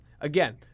again